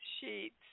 sheets